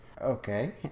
Okay